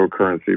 cryptocurrency